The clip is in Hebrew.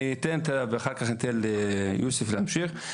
אני אתן אחר כך ליוסף להמשיך.